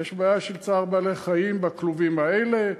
יש בעיה של צער בעלי-חיים בכלובים האלה,